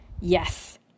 yes